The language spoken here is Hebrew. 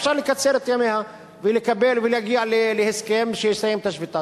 אפשר לקצר את ימיה ולהגיע להסכם שיסיים את השביתה.